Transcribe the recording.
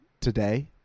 today